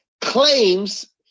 claims